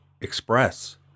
express